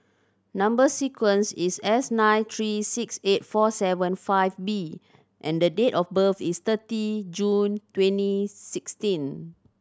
number sequence is S nine three six eight four seven five B and date of birth is thirty June twenty sixteen